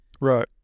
Right